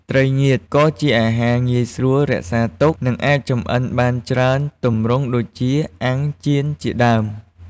ត្រីងៀត ក៏ជាអាហារងាយស្រួលរក្សាទុក និងអាចចម្អិនបានច្រើនទម្រង់ ដូចជា អាំង ចៀនជាដើម។